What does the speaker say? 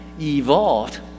evolved